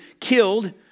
killed